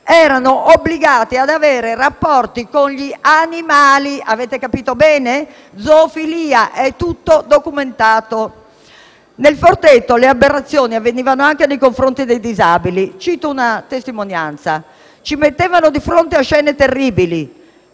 Erano obbligati ad avere rapporti con gli animali, avete capito bene? O Zoofilia, è tutto documentato. Nella comunità «Il Forteto» le aberrazioni avvenivano anche nei confronti dei disabili. Cito una testimonianza: «Ci mettevano di fronte a scene terribili,